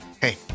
hey